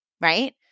right